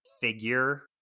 figure